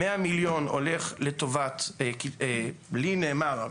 100 מיליון הולכים לטובת קיצור ההמתנה לטיפול בקהילה לי נאמר,